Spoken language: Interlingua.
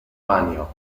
banio